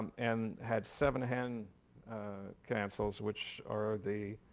and had seven hand cancels which are the